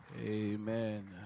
Amen